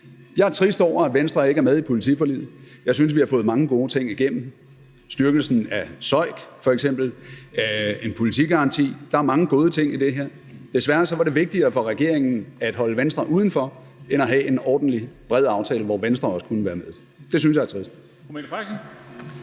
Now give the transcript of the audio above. Jeg er trist over, at Venstre ikke er med i politiforliget. Jeg synes, vi har fået mange gode ting igennem – styrkelsen af SØIK f.eks., en politigaranti. Der er mange gode ting i det her. Desværre var det vigtigere for regeringen at holde Venstre uden for end at have en ordentlig, bred aftale, hvor Venstre også kunne være med. Det synes jeg er trist.